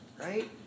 right